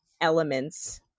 elements